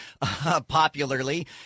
popularly